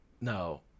No